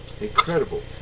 incredible